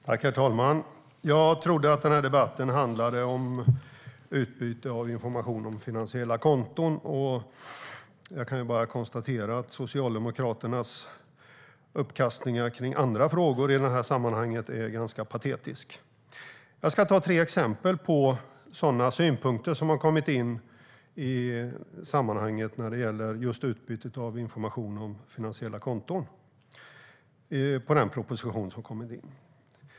Herr talman! Jag trodde att debatten handlade om utbyte av information om finansiella konton. Jag kan bara konstatera att Socialdemokraternas uppkastningar kring andra frågor i sammanhanget är ganska patetiska. Jag ska ta tre exempel på synpunkter på propositionen som har kommit in i sammanhanget när det gäller just utbyte av information om finansiella konton.